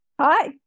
Hi